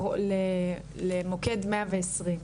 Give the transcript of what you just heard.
למוקד 120,